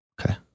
Okay